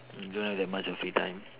you don't have that much of free time